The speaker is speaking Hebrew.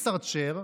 researcher,